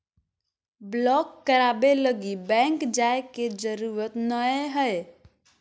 block कराबे लगी bank जाय के जरूरत नयय हइ